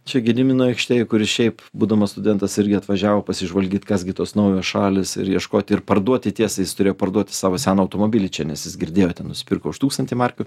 čia gedimino aikštėje kuris šiaip būdamas studentas irgi atvažiavo pasižvalgyti kas gi tos naujos šalys ir ieškoti ir parduoti tiesa jis turėjo parduoti savo seną automobilį čia nes jis girdėjo ten nusipirko už tūkstantį markių